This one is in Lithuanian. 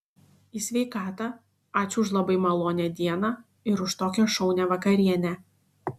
į sveikatą ačiū už labai malonią dieną ir už tokią šaunią vakarienę